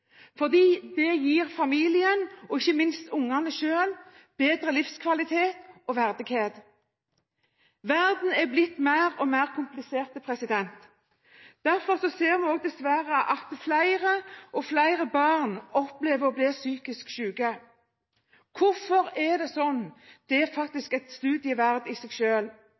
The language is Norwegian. Det gir familien og ikke minst barna selv bedre livskvalitet og verdighet. Verden er blitt mer og mer komplisert. Derfor ser vi også dessverre at flere og flere barn opplever å bli psykisk syke. Hvorfor er det slik? Det er faktisk et studium verdt i seg